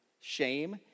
shame